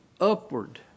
upward